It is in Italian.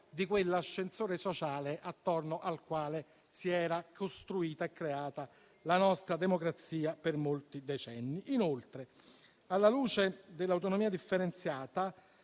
di quell'ascensore sociale attorno al quale si era costruita e creata la nostra democrazia per molti decenni. Inoltre, alla luce dell'autonomia differenziata,